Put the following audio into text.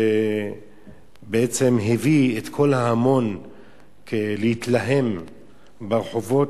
שבעצם הביא את כל ההמון להתלהם ברחובות,